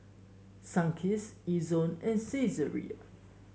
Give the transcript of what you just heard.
Sunkist Ezion and Saizeriya